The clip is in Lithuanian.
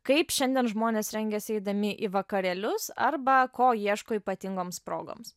kaip šiandien žmonės rengiasi eidami į vakarėlius arba ko ieško ypatingoms progoms